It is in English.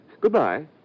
Goodbye